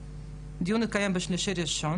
גיסו, צריך לדעת לבחור משפחה.